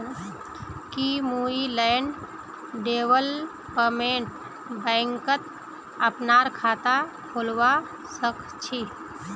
की मुई land development बैंकत अपनार खाता खोलवा स ख छी?